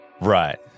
Right